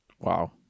Wow